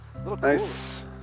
Nice